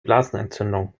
blasenentzündung